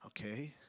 Okay